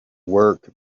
work